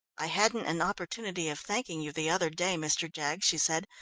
i hadn't an opportunity of thanking you the other day, mr. jaggs, she said.